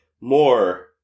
more